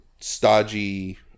stodgy